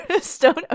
Stone